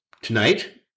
tonight